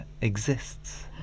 Exists